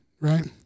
right